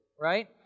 right